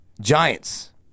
Giants